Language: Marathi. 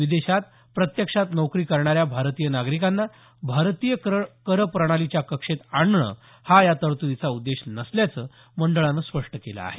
विदेशात प्रत्यक्षात नोकरी करणाऱ्या भारतीय नागरिकांना भारतीय कर प्रणालीच्या कक्षेत आणणं हा या तरतुदीचा उद्देश नसल्याचं मंडळानं स्पष्ट केलं आहे